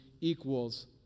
equals